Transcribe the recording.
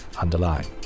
Underline